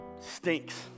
stinks